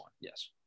yes